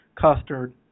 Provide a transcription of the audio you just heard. custard